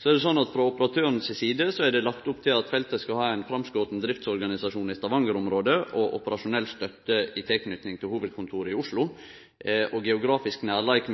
Frå operatøren si side er det lagt opp til at feltet skal ha ein framskoten driftsorganisasjon i Stavanger-området og operasjonell støtte i tilknyting til hovudkontoret i Oslo. Geografisk nærleik